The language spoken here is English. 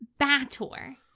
Bator